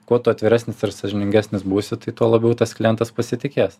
kuo tu atviresnis ir sąžiningesnis būsi tai tuo labiau tas klientas pasitikės